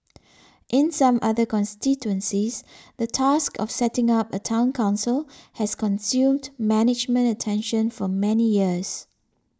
in some other constituencies the task of setting up a Town Council has consumed management attention for many years